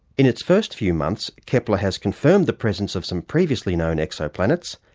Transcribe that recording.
in its first few months, kepler has confirmed the presence of some previously known exoplanets,